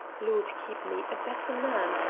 lord keep me, a better man!